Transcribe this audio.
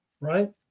right